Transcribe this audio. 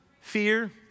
fear